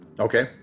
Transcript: Okay